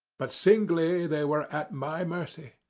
but singly they were at my mercy.